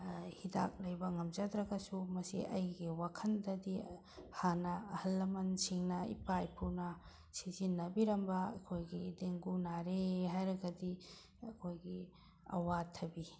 ꯍꯤꯗꯥꯛ ꯂꯩꯕ ꯉꯝꯖꯗ꯭ꯔꯒꯁꯨ ꯃꯁꯤ ꯑꯩꯒꯤ ꯋꯥꯈꯜꯗꯗꯤ ꯍꯥꯟꯅ ꯑꯍꯜ ꯂꯃꯜꯁꯤꯡꯅ ꯏꯄꯥ ꯏꯄꯨꯅ ꯁꯤꯖꯤꯟꯅꯕꯤꯔꯝꯕ ꯑꯩꯈꯣꯏꯒꯤ ꯗꯦꯡꯒꯨ ꯅꯥꯔꯦ ꯍꯥꯏꯔꯒꯗꯤ ꯑꯩꯈꯣꯏꯒꯤ ꯑꯋꯥꯊꯕꯤ